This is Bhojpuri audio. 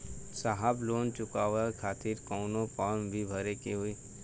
साहब लोन चुकावे खातिर कवनो फार्म भी भरे के होइ?